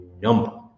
number